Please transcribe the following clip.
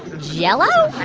jell-o